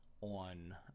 on